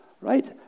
right